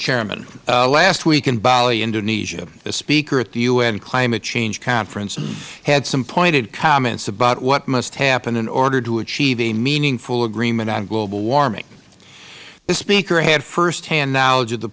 chairman last week in bali indonesia a speaker at the u n climate change conference had some pointed comments about what must happen in order to achieve a meaningful agreement on global warming the speaker had firsthand knowledge of the